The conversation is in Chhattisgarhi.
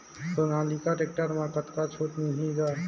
सोनालिका टेक्टर म कतका छूट मिलही ग?